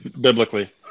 biblically